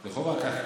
זה חובה, כן.